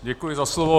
Děkuji za slovo.